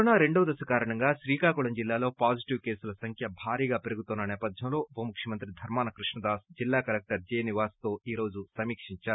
corona రెండవ దశ కారణంగా శ్రీకాకుళం జిల్లాలో పాజిటివ్ కేసుల సంఖ్య భారీగా పెరుగుతున్న నేపథ్యంలో ఉప ముఖ్యమంత్రి ధర్మాన కృష్ణదాస్ జిల్లా కలెక్టర్ జే నీవాస్ తో ఈరోజు సమీక్షించారు